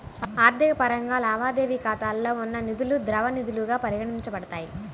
ఆర్థిక పరంగా, లావాదేవీ ఖాతాలో ఉన్న నిధులుద్రవ నిధులుగా పరిగణించబడతాయి